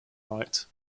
right